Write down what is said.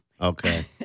Okay